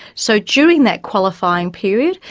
so during that qualifying period,